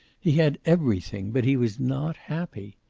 he had everything, but he was not happy.